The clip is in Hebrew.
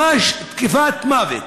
ממש תקיפת מוות.